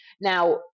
Now